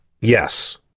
Yes